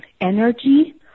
energy